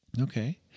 Okay